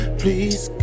please